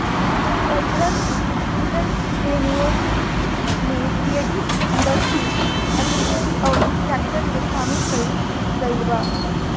cultural entrepreneurship में creative industry activity अउरी sector के सामिल कईल गईल बा